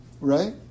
Right